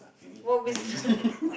what business